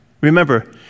Remember